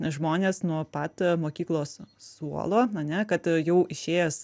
žmones nuo pat mokyklos suolo ane kad jau išėjęs